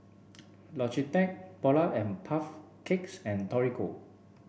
Logitech Polar and Puff Cakes and Torigo